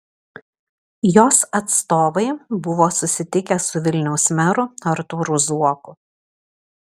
jos atstovai buvo susitikę su vilniaus meru artūru zuoku